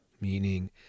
meaning